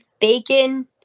bacon